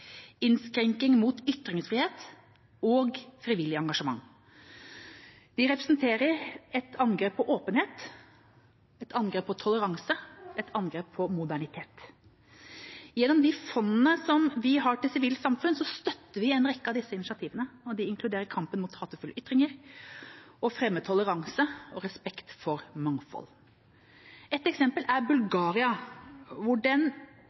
ytringsfrihet og frivillig engasjement. De representerer et angrep på åpenhet, toleranse og modernitet. Gjennom fondene til sivilt samfunn støtter vi en rekke av disse initiativene. De inkluderer kampen mot hatefulle ytringer og fremme av toleranse og respekt for mangfold. Et eksempel er i Bulgaria, hvor den